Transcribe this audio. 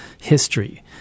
history